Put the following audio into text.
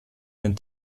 den